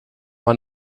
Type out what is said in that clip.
man